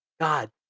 God